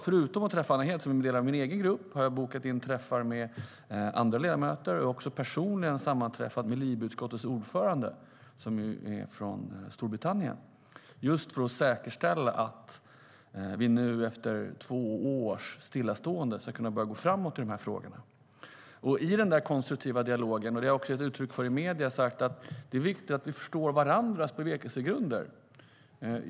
Förutom att träffa Anna Hedh från min egen grupp har jag bokat in träffar med andra ledamöter. Jag har också personligen sammanträffat med LIBE-utskottets ordförande, som är från Storbritannien, för att säkerställa att vi efter två års stillastående ska kunna börja gå framåt i dessa frågor. Jag har också i medierna gett utryck för att det är viktigt att vi i den konstruktiva dialogen förstår varandras bevekelsegrunder.